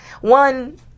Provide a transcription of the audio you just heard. one